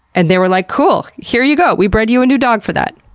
and they were like, cool! here you go, we bred you a new dog for that.